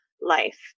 life